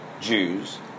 Jews